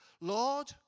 Lord